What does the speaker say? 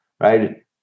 right